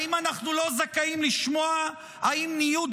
האם אנחנו לא זכאים לשמוע אם ניוד